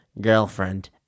girlfriend